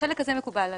החלק הזה מקובל עלינו.